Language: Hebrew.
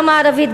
גם הערבית,